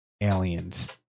Aliens